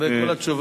אחרי כל התשובה